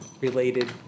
related